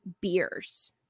beers